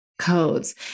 codes